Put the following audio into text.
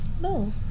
No